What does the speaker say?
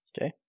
Okay